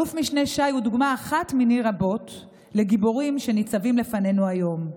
אלוף משנה שי הוא דוגמה אחת מני רבות לגיבורים שניצבים לפנינו היום.